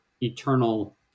eternal